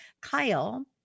Kyle